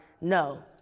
no